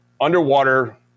underwater